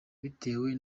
bitewe